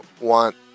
want